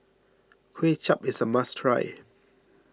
Kuay Chap is a must try